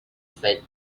fed